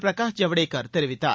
பிரகாஷ் ஜவ்டேகர் தெரிவித்தார்